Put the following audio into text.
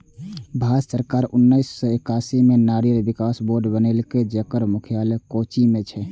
भारत सरकार उन्नेस सय एकासी मे नारियल विकास बोर्ड बनेलकै, जेकर मुख्यालय कोच्चि मे छै